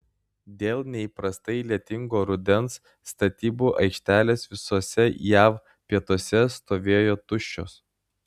dėl neįprastai lietingo rudens statybų aikštelės visuose jav pietuose stovėjo tuščios